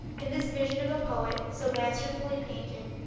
in this vision of a poet, so masterfully painted,